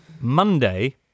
Monday